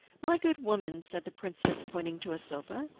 my good woman, said the princess pointing to a sofa,